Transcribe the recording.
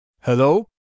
Hello